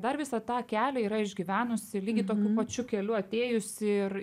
dar visą tą kelią yra išgyvenusi lygiai tokiu pačiu keliu atėjusi ir